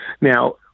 now